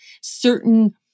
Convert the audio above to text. certain